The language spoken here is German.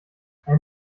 ein